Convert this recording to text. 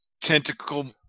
Tentacle